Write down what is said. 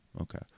Okay